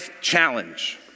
challenge